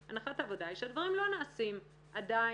הנחת העבודה היא שהדברים לא נעשים עדיין.